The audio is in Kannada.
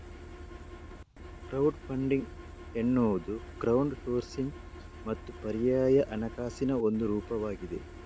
ಕ್ರೌಡ್ ಫಂಡಿಂಗ್ ಎನ್ನುವುದು ಕ್ರೌಡ್ ಸೋರ್ಸಿಂಗ್ ಮತ್ತು ಪರ್ಯಾಯ ಹಣಕಾಸಿನ ಒಂದು ರೂಪವಾಗಿದೆ